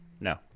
No